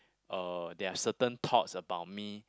uh they have certain thoughts about me